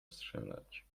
strzelać